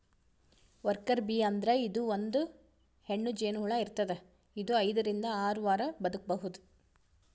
worker bee ಅಂದ್ರ ಇದು ಒಂದ್ ಹೆಣ್ಣ್ ಜೇನಹುಳ ಇರ್ತದ್ ಇದು ಐದರಿಂದ್ ಆರ್ ವಾರ್ ಬದ್ಕಬಹುದ್